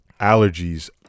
allergies